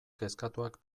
kezkatuak